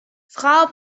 frau